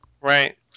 right